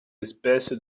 espèce